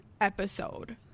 episode